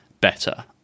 better